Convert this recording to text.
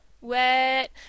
wet